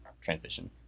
transition